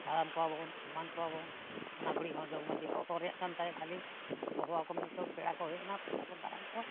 ᱫᱟᱬᱟᱱ ᱠᱚᱣᱟᱵᱚᱱ ᱮᱢᱟᱱ ᱠᱚᱣᱟᱵᱚᱱ ᱚᱱᱟ ᱜᱷᱩᱲᱤᱡ ᱦᱚᱸ ᱡᱚᱜᱽ ᱢᱟᱺᱡᱷᱤ ᱦᱚᱦᱚ ᱨᱮᱱᱟᱜ ᱠᱟᱱ ᱛᱟᱭᱟ ᱠᱷᱟᱹᱞᱤ ᱟᱢ ᱦᱚᱦᱚᱣᱟᱠᱚᱢᱮ ᱱᱤᱛᱳᱜ ᱜᱮ ᱯᱮᱲᱟ ᱠᱚ ᱦᱮᱡ ᱮᱱᱟ ᱯᱮᱲᱟ ᱵᱚᱱ ᱫᱟᱨᱟᱢ ᱠᱚᱣᱟ